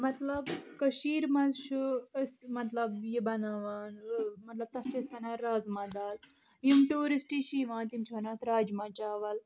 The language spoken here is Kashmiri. مطلب کٔشیٖرِ منٛز چھُ أسۍ مطلب یہِ بَناوان مطلب تَتھ چھِ أسۍ وَنان رازما دال یِم ٹیوٗرِسٹ چھِ یِوان تِم چھِ وَنان اَتھ راجمہ چاول